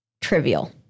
trivial